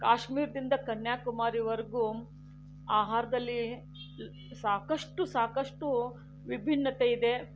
ಕಾಶ್ಮೀರದಿಂದ ಕನ್ಯಾಕುಮಾರಿವರೆಗೂ ಆಹಾರದಲ್ಲಿ ಸಾಕಷ್ಟು ಸಾಕಷ್ಟು ವಿಭಿನ್ನತೆ ಇದೆ